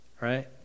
right